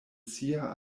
sia